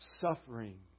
suffering